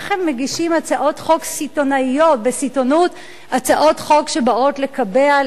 איך הם מגישים הצעות חוק בסיטונות שבאות לקבע,